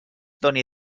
doni